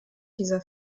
dieser